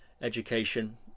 education